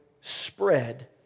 spread